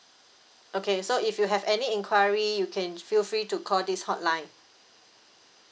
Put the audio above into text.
okay so if you have any inquiry you can feel free to call this hotline